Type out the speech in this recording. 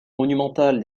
monumentale